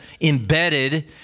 embedded